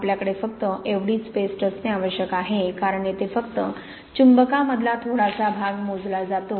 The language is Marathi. आपल्याकडे फक्त एवढीच पेस्ट असणे आवश्यक आहे कारण येथे फक्त चुंबकांमधला थोडासा भाग मोजला जातो